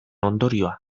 ondorioa